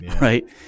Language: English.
right